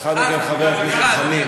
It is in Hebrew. לאחר מכן, חבר הכנסת חנין.